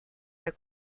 der